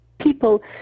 people